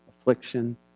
affliction